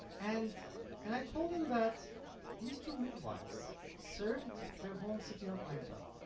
and and i told him that these two midwives served their home city of aintab